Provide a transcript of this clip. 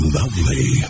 lovely